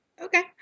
Okay